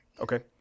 Okay